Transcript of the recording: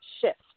shift